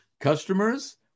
customers